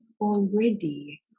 already